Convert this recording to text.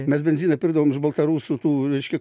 mes benziną pirkdavom iš baltarusų tų reiškia